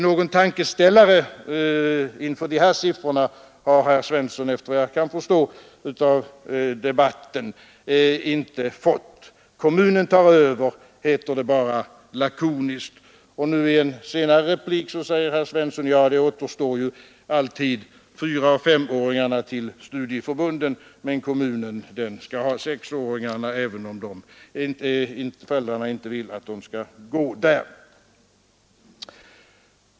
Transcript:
Någon tankeställare inför de här siffrorna har herr Svensson, efter vad jag kan förstå av debatten, inte fått. Kommunen tar över, heter det bara lakoniskt. Och i en senare replik säger herr Svensson att det återstår ju alltid fyraoch femåringarna till studieförbunden, men kommunens förskola skall ha sexåringarna, även om föräldrarna inte vill att de skall gå där.